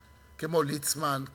כמו ליצמן,